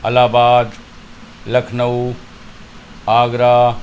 الٰہ آباد لکھنؤ آگرہ